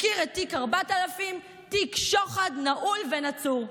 מכיר את תיק 4000, תיק שוחד נעול ונצור.